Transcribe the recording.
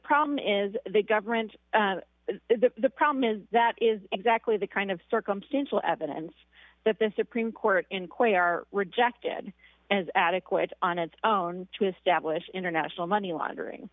problem is the government the problem is that is exactly the kind of circumstantial evidence that the supreme court inquiry are rejected as adequate on its own to establish international money laundering